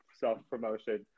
self-promotion